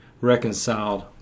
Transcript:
reconciled